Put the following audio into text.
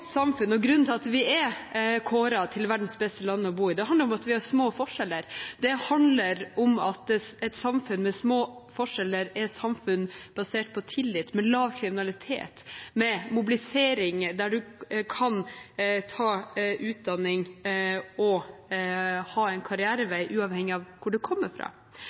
samfunn – og grunnen til at vi er kåret til verdens beste land å bo i – handler om at vi har små forskjeller. Det handler om at et samfunn med små forskjeller er et samfunn basert på tillit, med lav kriminalitet, med mobilisering, der man kan ta utdanning og ha en karrierevei uavhengig av hvor man kommer fra.